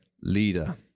leader